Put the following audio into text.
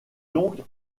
donc